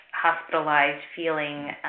hospitalized-feeling